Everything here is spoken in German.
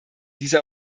dieser